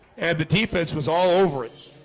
and the defense was all over it